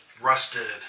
rusted